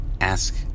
ask